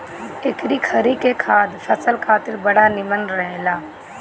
एकरी खरी के खाद फसल खातिर बड़ा निमन रहेला